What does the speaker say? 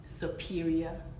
superior